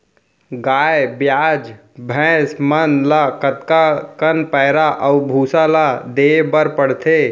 गाय ब्याज भैसा मन ल कतका कन पैरा अऊ भूसा ल देये बर पढ़थे?